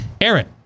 Aaron